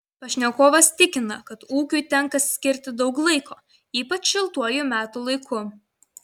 pašnekovas tikina kad ūkiui tenka skirti daug laiko ypač šiltuoju metų laiku